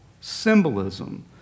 symbolism